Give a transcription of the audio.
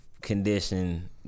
condition